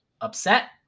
upset